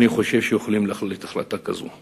יכול להחליט החלטה כזאת,